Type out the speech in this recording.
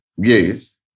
Yes